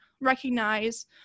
recognize